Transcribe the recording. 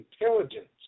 intelligence